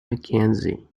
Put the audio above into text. mackenzie